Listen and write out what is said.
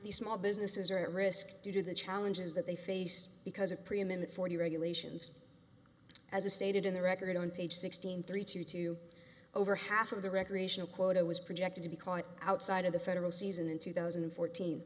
these small businesses are at risk due to the challenges that they faced because of preeminent forty regulations as a stated in the record on page sixteen three to two over half of the recreational quota was projected to be caught outside of the federal season in two thousand and fourteen